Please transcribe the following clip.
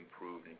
improved